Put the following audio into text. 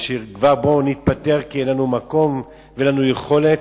בוא נתפטר כי אין לנו מקום ואין לנו יכולת.